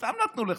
סתם נתנו לך.